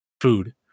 food